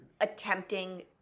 attempting